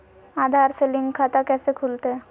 आधार से लिंक खाता कैसे खुलते?